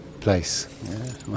place